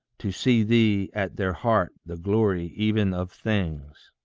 to see thee at their heart, the glory even of things.